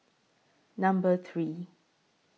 Number three